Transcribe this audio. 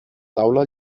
taula